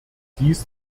dies